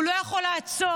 הוא לא יכול לעצור.